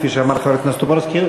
כפי שאמר חבר הכנסת טופורובסקי.